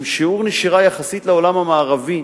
עם שיעור נשירה נמוך יחסית לעולם המערבי.